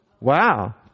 Wow